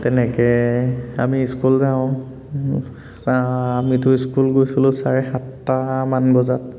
তেনেকৈ আমি স্কুল যাওঁ আমিতো স্কুল গৈছিলোঁ চাৰে সাতটামান বজাত